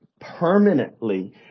permanently